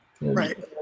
Right